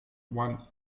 one